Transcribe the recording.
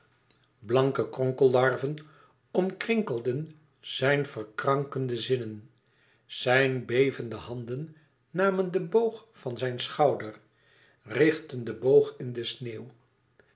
blanke kronkellarven omkrinkelden zijn verkrankende zinnen zijn bevende handen namen den boog van zijn schouder richtten den boog in de sneeuw